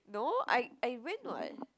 no I I went [what]